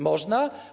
Można?